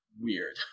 weird